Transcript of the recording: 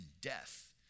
death